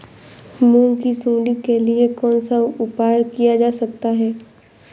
मूंग की सुंडी के लिए कौन सा उपाय किया जा सकता है?